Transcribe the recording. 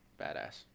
badass